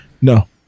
no